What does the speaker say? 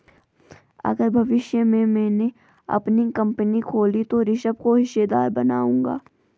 अगर भविष्य में मैने अपनी कंपनी खोली तो ऋषभ को हिस्सेदार बनाऊंगा